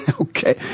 Okay